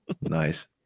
nice